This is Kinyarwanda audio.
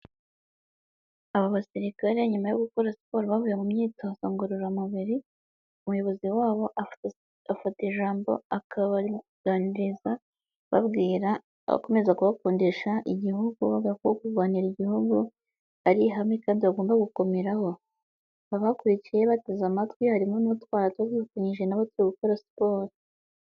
Aba basirikare nyuma yo gukora siporo bavuye mu myitozo ngororamubiri, umuyobozi wabo afata ijambo akabaganiriza, ababwira akomeza kubakundisha igihugu, avuga ko kurwanira Igihugu ari ihame kandi bagomba gukomeraho, baba bakurikiye bateze amatwi, harimo n'utwana tuba dufatanyije na bo, turi gukora siporo.